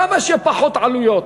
כמה שפחות עלויות.